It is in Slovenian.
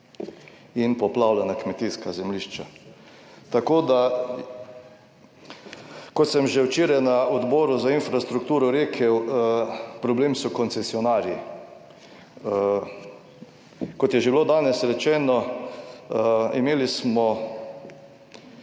in poplavljena kmetijska zemljišča. Tako da, kot sem že včeraj na Odboru za infrastrukturo rekel, problem so koncesionarji. Kot je že bilo danes rečeno, imeli smo